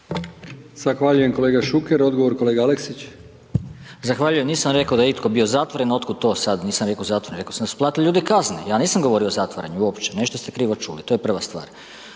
Zahvaljujem kolega Šuker. Odgovor kolega Aleksić. **Aleksić, Goran (SNAGA)** Zahvaljujem, nisam rekao da je itko bio zatvoren, otkud to sad, nisam rekao zatvoren, rekao sam da su platili ljudi kazne, ja nisam govorio o zatvaranju uopće, nešto ste krivo čuli, to je prva stvar.